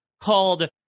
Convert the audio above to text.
called